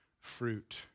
fruit